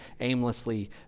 aimlessly